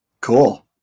Cool